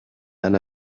and